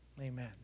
Amen